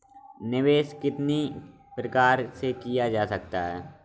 निवेश कितनी प्रकार से किया जा सकता है?